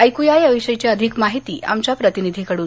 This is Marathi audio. ऐकया या विषयीची अधिक माहिती आमच्या प्रतिनिधीकडन